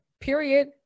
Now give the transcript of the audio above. period